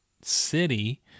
city